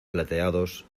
plateados